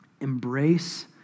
embrace